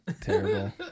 Terrible